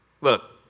Look